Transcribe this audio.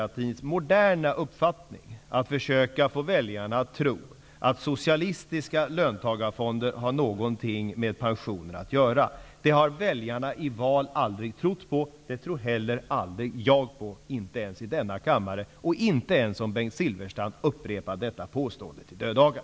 Det har väljarna i val aldrig trott på. Det tror heller aldrig jag på, inte ens i denna kammare och inte ens om Bengt Silfverstrand upprepar detta påstående till döddagar.